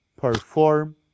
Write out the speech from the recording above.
perform